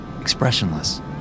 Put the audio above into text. expressionless